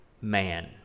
man